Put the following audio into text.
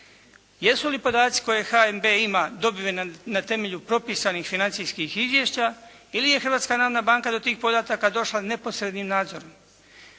Jesu li podaci koje HNB ima dobiveni na temelju propisanih financijskih izvješća ili je Hrvatska narodna banka do tih podataka došla neposrednim nadzorom?